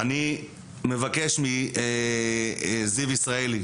אני מבקש מזיו ישראלי